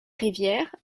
rivière